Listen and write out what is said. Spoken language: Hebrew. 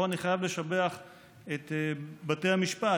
פה אני חייב לשבח את בתי המשפט,